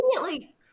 immediately